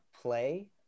play